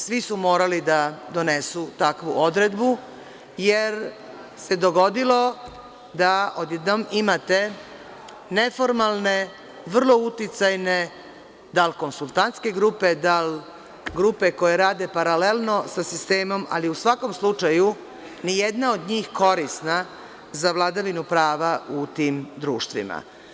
Svi su morali da donesu takvu odredu, jer se dogodilo da odjednom imate neformalne, vrlo uticajne, dal konsultantske grupe, dal grupe koje rade paralelno sa sistemom, ali u svakom slučaju ni jedna od njih korisna za vladavinu prava u tim društvima.